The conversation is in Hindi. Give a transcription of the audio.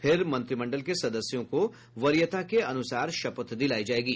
फिर मंत्रिमंडल के सदस्यों को वरीयता के अनुसार शपथ दिलायी जायेगी